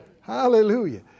Hallelujah